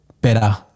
better